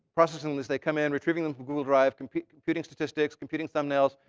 processing them as they come in, retrieving them from google drive, computing computing statistics, computing thumbnails,